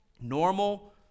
normal